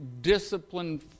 disciplined